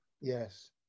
Yes